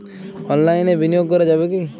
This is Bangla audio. অনলাইনে বিনিয়োগ করা যাবে কি?